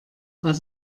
was